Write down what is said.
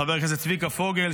לחבר הכנסת צביקה פוגל,